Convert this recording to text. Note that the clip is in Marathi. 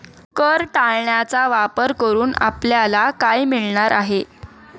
कर टाळण्याचा वापर करून आपल्याला काय मिळणार आहे?